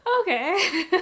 Okay